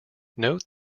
note